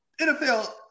NFL